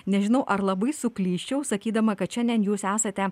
nežinau ar labai suklysčiau sakydama kad šiandien jūs esate